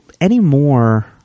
anymore